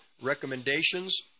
recommendations